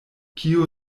kiu